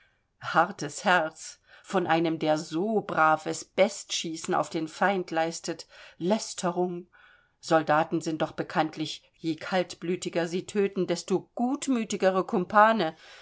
hartes herz von einem der so braves bestschießen auf den feind leistet lästerung soldaten sind doch bekanntlich je kaltblütiger sie töten desto gutmütigere kumpane